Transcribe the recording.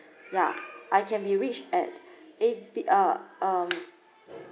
ya I can be reached at A B uh um